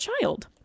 child